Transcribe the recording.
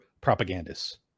propagandists